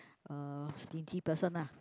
uh stingy person lah